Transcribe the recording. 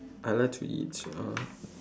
I like to eat uh